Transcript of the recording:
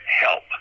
help